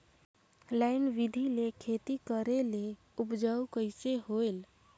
Line बिधी ले खेती करेले उपजाऊ कइसे होयल?